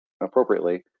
appropriately